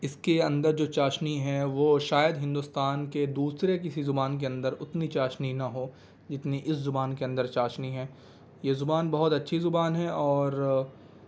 اس کے اندر جو چاشنی ہے وہ شاید ہندوستان کے دوسرے کسی زبان کے اندر اتنی چاشنی نہ ہو جتنی اس زبان کے اندر چاشنی ہے یہ زبان بہت اچھی زبان ہیں اور